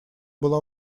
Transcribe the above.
была